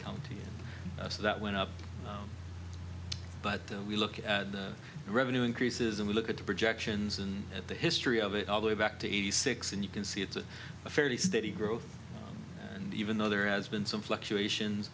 county so that went up but then we look at the revenue increases and we look at the projections and at the history of it all the way back to eighty six and you can see it's a fairly steady growth even though there has been some fluctuations